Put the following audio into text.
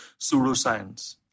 pseudoscience